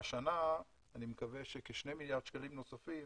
והשנה אני מקווה שכשני מיליארד שקלים נוספים